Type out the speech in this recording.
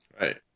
right